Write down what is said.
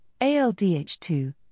ALDH2